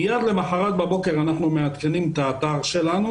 מיד למחרת בבוקר אנחנו מעדכנים את האתר שלנו.